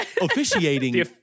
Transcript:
officiating